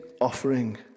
offering